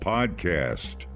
Podcast